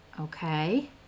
Okay